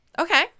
Okay